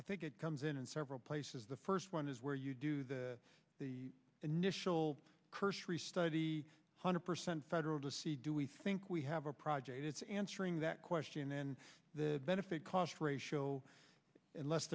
i think it comes in in several places the first one is where you do the the initial cursory study hundred percent federal to see do we think we have a project it's answering that question and the benefit cost ratio and les